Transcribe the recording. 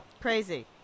crazy